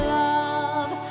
love